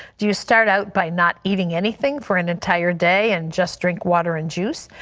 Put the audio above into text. do you start out by not eating anything for an entire day and just drink water and juice.